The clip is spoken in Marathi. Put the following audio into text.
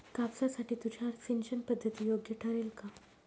कापसासाठी तुषार सिंचनपद्धती योग्य ठरेल का?